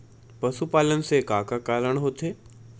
पशुपालन से का का कारण होथे?